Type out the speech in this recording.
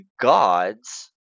gods